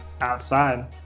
outside